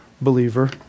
believer